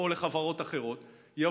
או לחברות אחרות.